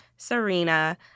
Serena